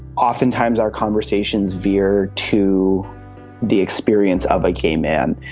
oftentimes our conversations veer to the experience of a gay man.